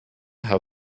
how